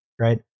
right